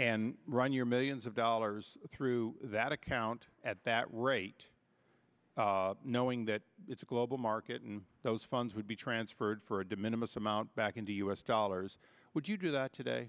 and run your millions of dollars through that account at that rate knowing that it's a global market and those funds would be transferred for a dim in a most amount back in the u s dollars would you do that today